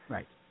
Right